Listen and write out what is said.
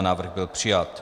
Návrh byl přijat.